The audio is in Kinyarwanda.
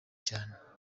cyane